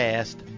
Past